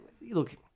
Look